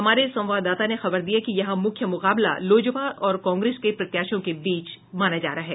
हमारे संवाददाता ने खबर दी है कि यहां मुख्य मुकाबला लोजपा और कांग्रेस के प्रत्याशियों के बीच मुकाबला माना जा रहा है